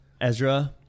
Ezra